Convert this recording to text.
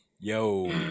Yo